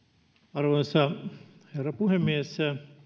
arvoisa herra puhemies